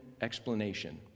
explanation